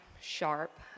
sharp